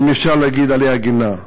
אם אפשר להגיד עליה גינה,